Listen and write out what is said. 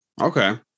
Okay